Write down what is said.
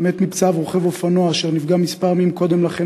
מת מפצעיו רוכב אופנוע אשר נפגע כמה ימים קודם לכן